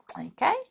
Okay